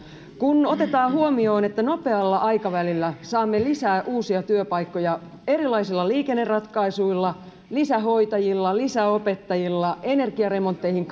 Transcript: kun otetaan huomioon että nopealla aikavälillä saamme lisää uusia työpaikkoja erilaisilla liikenneratkaisuilla lisähoitajilla lisäopettajilla energiaremontteihin